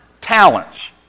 talents